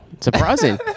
Surprising